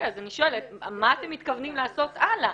מה אתם מתכוונים לעשות הלאה?